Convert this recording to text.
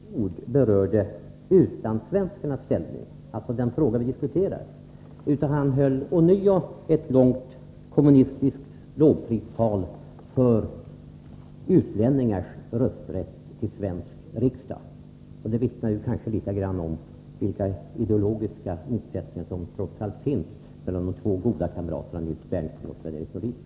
Herr talman! Jag tror att samtliga i kammaren närvarande ledamöter har observerat, att Nils Berndtson inte med ett ord berörde utlandssvenskarnas Vissa frågor på det ställning — alltså den fråga vi diskuterar — utan han höll ånyo ett långt kommunistiskt lovpristal för utlänningarnas rösträtt vid val till svensk riksdag. Det vittnar kanske om vilka ideologiska motsättningar som trots allt finns mellan de goda kamraterna Nils Berndtson och Sven-Erik Nordin.